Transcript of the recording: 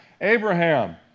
Abraham